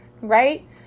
right